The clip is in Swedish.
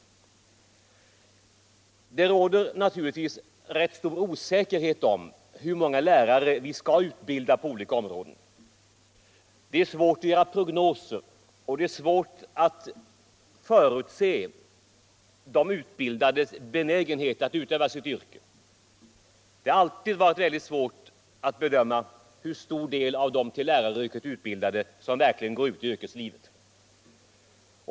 i Det råder naturligtvis rätt stor osäkerhet om hur många lärare vi skall utbilda på olika områden. Det är svårt att göra prognoser, och det är svårt att förutse de utbildades benägenhet att utöva sitt yrke. Det har alltid varit svårt att bedöma hur stor del av de till läraryrket utbildade som verkligen går ut i yrkeslivet.